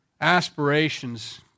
Aspirations